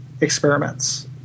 experiments